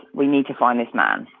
we need to find this man.